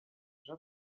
jean